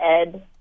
ed